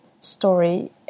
story